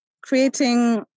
creating